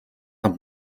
amb